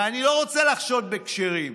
ואני לא רוצה לחשוד בכשרים.